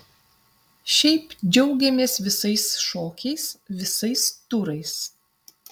šiaip džiaugiamės visais šokiais visais turais